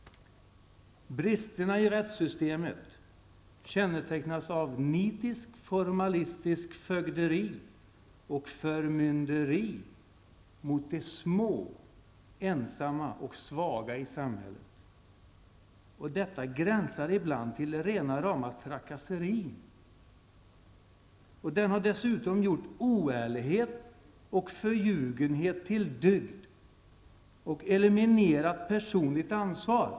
Bristerna i rättssystemet kännetecknas av nitiskt, formalistiskt fögderi och förmynderi mot de små, ensamma och svaga i samhället. Det gränsar ibland till rena, rama trakasserierna och det har dessutom gjort oärlighet och förljugenhet till dygd och eliminerat personligt ansvar.